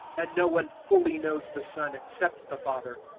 and no one fully knows the son except the father,